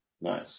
Nice